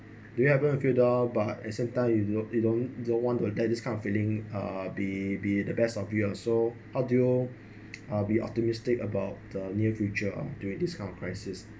do you happen to feel down but at the same time you you don't don't want to let this kind of feeling uh be be the best of you so how do you be optimistic about the near future or during this kind of crisis